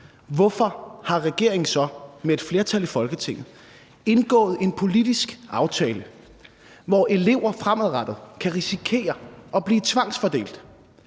flertal i Folketinget indgået en politisk aftale, hvor elever fremadrettet kan risikere at blive tvangsfordelt